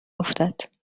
افتد